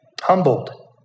humbled